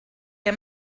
què